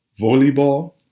volleyball